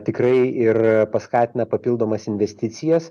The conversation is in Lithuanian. tikrai ir paskatina papildomas investicijas